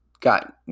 got